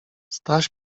staś